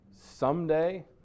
Someday